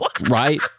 right